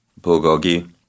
bulgogi